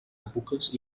èpoques